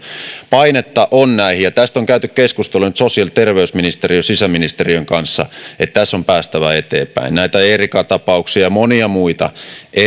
painetta on näihin ja tästä on käyty keskustelua nyt sosiaali ja terveysministeriön ja sisäministeriön kanssa että tässä on päästävä eteenpäin näitä eerika tapauksia ja monia muita ei